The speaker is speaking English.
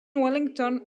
wellington